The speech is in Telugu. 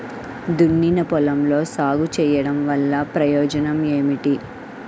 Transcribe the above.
దున్నిన పొలంలో సాగు చేయడం వల్ల ప్రయోజనం ఏమిటి?